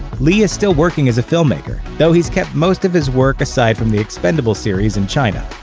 li is still working as a filmmaker, though he's kept most of his work aside from the expendables series in china.